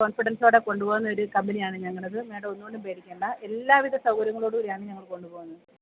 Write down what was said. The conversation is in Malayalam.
കോൺഫിഡൻസോടെ കൊണ്ടുപോകുന്നൊരു കമ്പനിയാണ് ഞങ്ങളുടേത് മേഡം ഒന്നുകൊണ്ടും പേടിക്കണ്ട എല്ലാവിധ സൗകര്യങ്ങളോടൂടിയാണ് ഞങ്ങള് കൊണ്ട് പോകുന്നത്